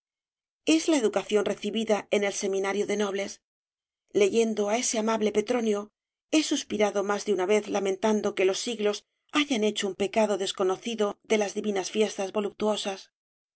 dm ción recibida en el seminario de nobles leyendo á ese amable petronio he suspirado más de una vez lamentando que los siglos hayan hecho un pecado desconocido de las divinas fiestas voluptuosas